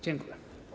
Dziękuję.